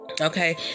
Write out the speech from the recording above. Okay